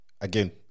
Again